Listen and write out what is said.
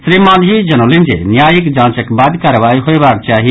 श्री मांझी जनौलनि जे न्यायिक जांचक बाद कार्रवाई होयबाक चाही